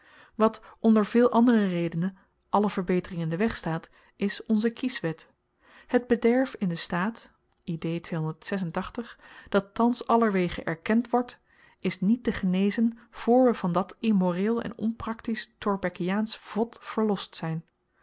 d wat onder veel andere redenen alle verbetering in den weg staat is onze kieswet het bederf in den staat dat thans allerwege erkend wordt is niet te genezen voor we van dat immoreel en onpraktisch thorbeckiaansch vod verlost zyn